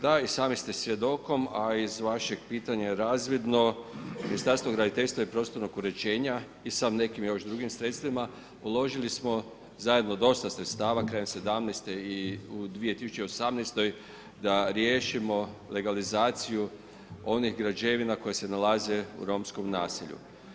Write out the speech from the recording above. Da, i sami ste svjedokom, a iz vašeg pitanja je razvidno, Ministarstvo graditeljstva i prostornog uređenja i sa još nekih drugim sredstvima, uložili smo zajedno dosta sredstava krajem '17., i u 2018., da riješimo legalizaciju onih građevina koje se nalaze u romskom naselju.